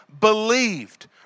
believed